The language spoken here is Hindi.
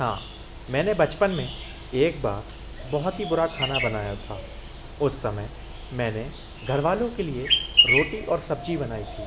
हाँ मैंने बचपन में एक बार बहुत ही बुरा खाना बनाया था उस समय मैंने घरवालों के लिए रोटी और सब्ज़ी बनाई थी